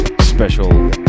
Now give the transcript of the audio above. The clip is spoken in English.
special